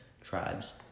tribes